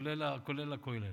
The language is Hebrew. כולל, כולל הכולל.